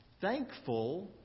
thankful